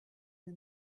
his